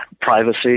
privacy